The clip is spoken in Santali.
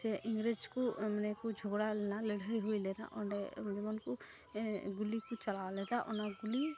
ᱥᱮ ᱤᱝᱜᱽᱨᱮᱡᱽᱠᱚ ᱢᱟᱱᱮᱠᱚ ᱡᱳᱦᱜᱲᱟ ᱞᱮᱱᱟ ᱞᱟᱹᱲᱦᱟᱹᱭ ᱦᱩᱭᱞᱮᱱᱟ ᱚᱸᱰᱮ ᱜᱩᱞᱤᱠᱚ ᱪᱟᱞᱟᱣ ᱞᱮᱫᱟ ᱚᱱᱟ ᱜᱩᱞᱤ